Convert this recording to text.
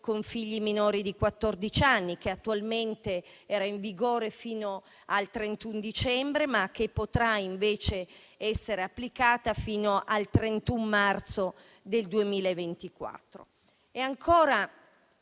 con figli minori di quattordici anni, che attualmente era in vigore fino al 31 dicembre, ma che potrà invece essere applicata fino al 31 marzo 2024.